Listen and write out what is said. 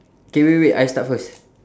okay wait wait wait I start first